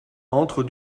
entre